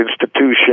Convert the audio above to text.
institution